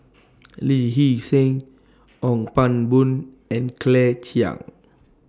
Lee Hee Seng Ong Pang Boon and Claire Chiang